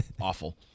Awful